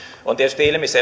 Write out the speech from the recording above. on tietysti ilmiselvää että